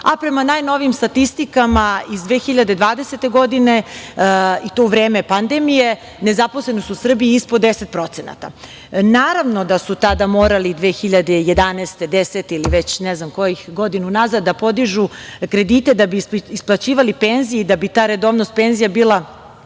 Prema najnovijim statistikama iz 2020. godine, i to u vreme pandemije, nezaposlenost u Srbiji je ispod 10%. Naravno da su tada morali 2011, 2010, ili već ne znam koje godine unazad, da podižu kredite da bi isplaćivali penzije i da bi ta redovnost penzija bila